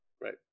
Right